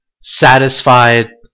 satisfied